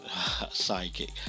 sidekick